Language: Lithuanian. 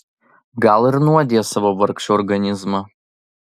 gal ir nuodija savo vargšą organizmą